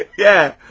yeah.